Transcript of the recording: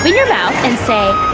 your mouth and say,